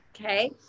Okay